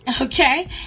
okay